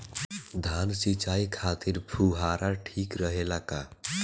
धान सिंचाई खातिर फुहारा ठीक रहे ला का?